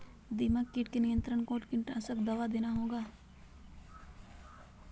दीमक किट के नियंत्रण कौन कीटनाशक दवा देना होगा?